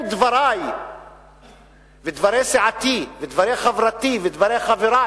אם דברי ודברי סיעתי ודברי חברתי ודברי חברי